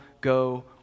go